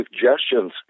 suggestions